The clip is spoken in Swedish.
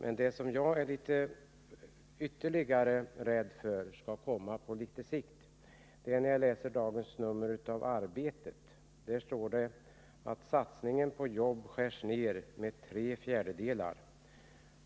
Efter att ha läst dagens nummer av Arbetet blev jag rädd för vad som kan komma på sikt. Där står att satsningen på jobb skall skäras ned med tre fjärdedelar.